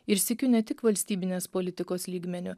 ir sykiu ne tik valstybinės politikos lygmeniu